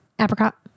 apricot